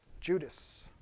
Judas